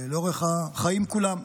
לאורך החיים כולם.